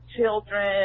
children